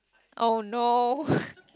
oh no